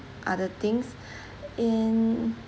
other things and